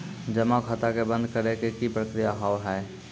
जमा खाता के बंद करे के की प्रक्रिया हाव हाय?